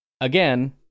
again